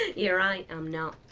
ah you're right, i'm not.